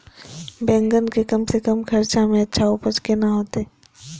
बेंगन के कम से कम खर्चा में अच्छा उपज केना होते?